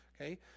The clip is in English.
okay